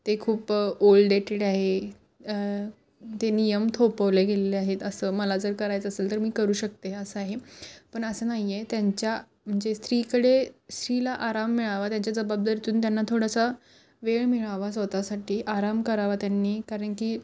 ते खूप ओल्डेटेड आहे ते नियम थोपवले गेले आहेत असं मला जर करायचं असेल तर मी करू शकते असं आहे पण असं नाही आहे त्यांच्या म्हणजे स्त्रीकडे स्त्रीला आराम मिळावा त्यांच्या जबाबदारीतून त्यांना थोडासा वेळ मिळावा स्वतःसाठी आराम करावा त्यांनी कारण की